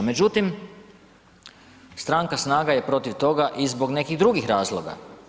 Međutim, Stranka SNAGA je protiv toga i zbog nekih drugih razloga.